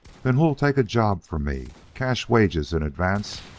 then who-all'll take a job from me, cash wages in advance,